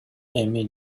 эми